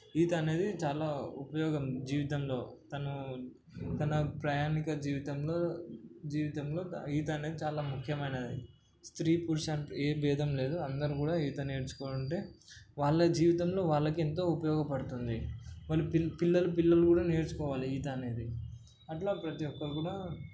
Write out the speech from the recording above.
ఈత అనేది చాలా ఉపయోగం జీవితంలో తను తన ప్రయాణిక జీవితంలో జీవితంలో ఈత అనేది చాలా ముఖ్యమైనది స్త్రీ పురుష అంటూ ఏ భేదం లేదు అందరూ కూడా ఈత నేర్చుకుంటే వాళ్ళ జీవితంలో వాళ్ళకి ఎంతో ఉపయోగపడుతుంది వాళ్ళు పిల్లలు పిల్లలు కూడా నేర్చుకోవాలి ఈత అనేది అట్లా ప్రతీ ఒక్కరు కూడా